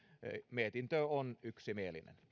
mietintö on yksimielinen